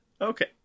Okay